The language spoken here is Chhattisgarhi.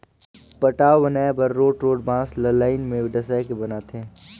पटांव बनाए बर रोंठ रोंठ बांस ल लाइन में डसाए के बनाथे